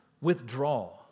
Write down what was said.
withdraw